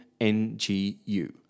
NGU